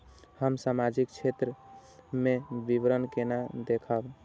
हम सामाजिक क्षेत्र के विवरण केना देखब?